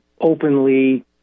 openly